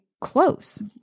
close